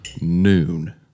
noon